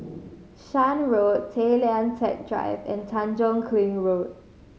Shan Road Tay Lian Teck Drive and Tanjong Kling Road